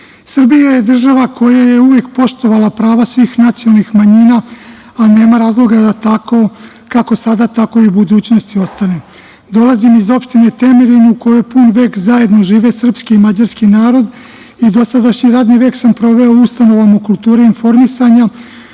je država koja je uvek poštovala prava svih nacionalnih manjina, a nema razloga da tako kako sada, tako i u budućnosti ostane. Dolazim iz opštine Temerin, u kojoj pun vek zajedno žive srpski i mađarski narod i dosadašnji radni vek sam proveo u ustanovama kulture i informisanja,